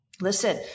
listen